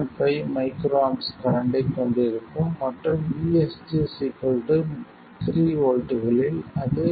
5 µA கரண்ட்டைக் கொண்டிருக்கும் மற்றும் VSG 3 வோல்ட்களில் அது